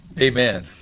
Amen